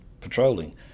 patrolling